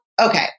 okay